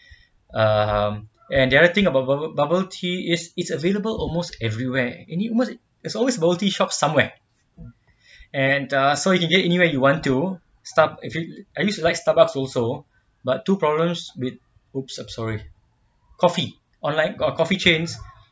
um and the other thing about bubble bubble tea is it's available almost everywhere in almost there's always bubble tea shop somewhere and ah so you can get anywhere you want to starb~ if you at least you like Starbucks also but two problems with !oops! I'm sorry coffee online ah coffee chains